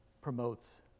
promotes